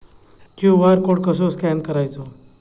QR code कसो scan करायचो?